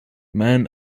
man